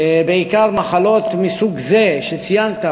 בעיקר מחלות מסוג זה שציינת,